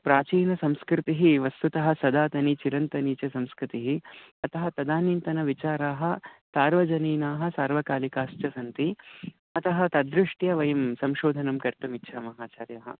प्राचीनसंस्कृतिः वस्तुतः सदातनी चिरन्तनी च संस्कृतिः अतः तदानीन्तनविचाराः सार्वजनीनाः सार्वकालिकाश्च सन्ति अतः तद्दृष्ट्या वयं संयोधनं कर्तुमिच्छामः आचार्याः